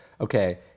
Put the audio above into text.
okay